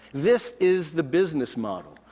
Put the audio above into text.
this is the business model.